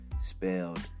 spelled